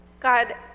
God